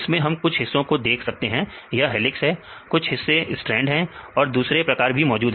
इसमें हम कुछ हिस्सों को देखें यह हेलिक्स है कुछ हिस्से सट्रेंड है और दूसरे प्रकार भी मौजूद हैं